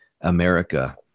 America